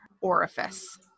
orifice